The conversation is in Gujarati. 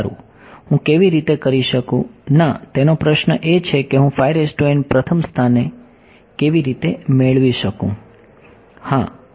હા સારું હું કેવી રીતે કરી શકું ના તેનો પ્રશ્ન એ છે કે હું પ્રથમ સ્થાને કેવી રીતે મેળવી શકું